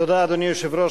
אדוני היושב-ראש,